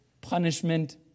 punishment